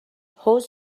حوض